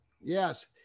yes